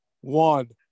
one